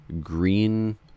green